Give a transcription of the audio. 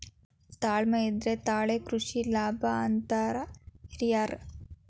ತಾಳ್ಮೆ ಇದ್ರೆ ತಾಳೆ ಕೃಷಿ ಲಾಭ ಅಂತಾರ ಹಿರ್ಯಾರ್